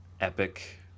epic